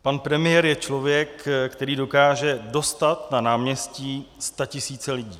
Pan premiér je člověk, který dokáže dostat na náměstí statisíce lidí.